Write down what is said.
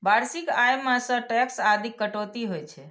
वार्षिक आय मे सं टैक्स आदिक कटौती होइ छै